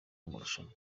w’amarushanwa